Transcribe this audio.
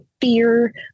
fear